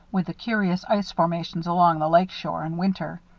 with the curious ice-formations along the lake shore in winter.